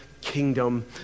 kingdom